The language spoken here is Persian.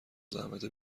زحمت